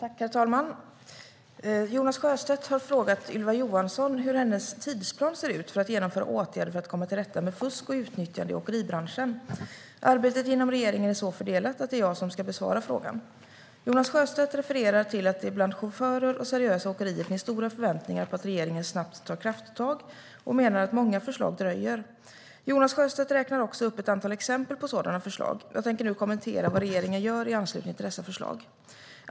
Svar på interpellationer Herr talman! Jonas Sjöstedt har frågat Ylva Johansson hur hennes tidsplan ser ut för att genomföra åtgärder för att komma till rätta med fusk och utnyttjande i åkeribranschen. Arbetet inom regeringen är så fördelat att det är jag som ska besvara frågan. Jonas Sjöstedt refererar till att det bland chaufförer och seriösa åkerier finns stora förväntningar på att regeringen snabbt tar krafttag, och han menar att många förslag dröjer. Jonas Sjöstedt räknar också upp ett antal exempel på sådana förslag. Jag tänkte nu kommentera vad regeringen gör i anslutning till dessa förslag.